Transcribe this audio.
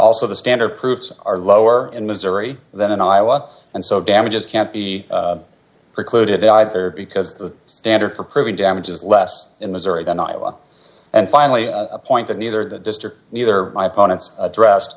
also the standard proofs are lower in missouri than in iowa and so damages can't be precluded either because the standard for proving damages less in missouri than iowa and finally a point that neither the district neither my opponents addressed